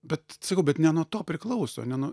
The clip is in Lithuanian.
bet sakau bet ne nuo to priklauso ne nuo